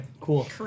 Cool